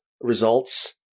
Results